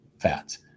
fats